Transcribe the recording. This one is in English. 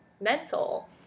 mental